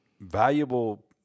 valuable